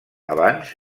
abans